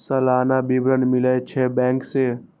सलाना विवरण मिलै छै बैंक से?